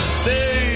stay